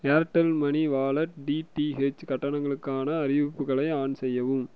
Airtel money wallet DTH கட்டணங்களுக்கான அறிவிப்புகளை on செய்யவும்